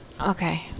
Okay